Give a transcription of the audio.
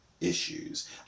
issues